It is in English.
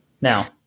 now